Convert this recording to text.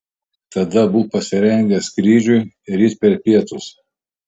tada būk pasirengęs skrydžiui ryt per pietus